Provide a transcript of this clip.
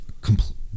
complete